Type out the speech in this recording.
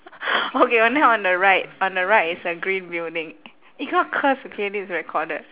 okay on then on the right on the right is a green building you cannot curse okay this is recorded